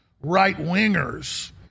right-wingers